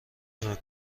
نمی